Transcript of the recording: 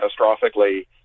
catastrophically